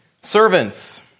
Servants